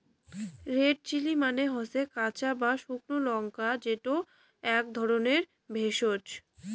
red chilli মানে হসে কাঁচা বা শুকনো লঙ্কা যেটা আক ধরণের ভেষজ